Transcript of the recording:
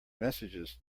messages